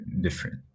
different